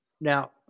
Now